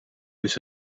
dus